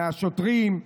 מהשוטרים,